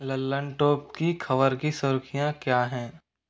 लल्लनटॉप की खबर की सुर्खियां क्या हैं